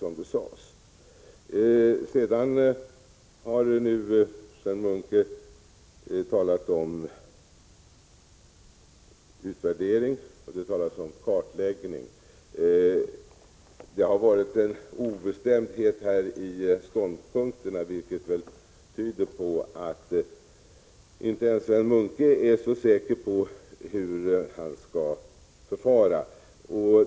Sven Munke talade om utvärdering, och det har talats om kartläggning. Det har varit en obestämdhet i ståndpunkterna, vilket väl tyder på att inte ens herr Munke är säker på hur han skall förfara.